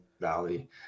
Valley